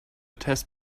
test